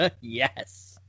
yes